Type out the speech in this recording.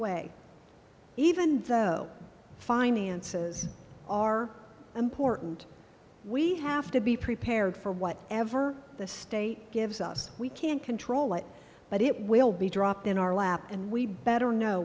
way even though finances are important we have to be prepared for what ever the state gives us we can't control it but it will be dropped in our lap and we better know